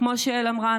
כמו שיעל אמרה,